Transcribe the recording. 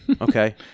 Okay